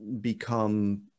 become